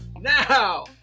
Now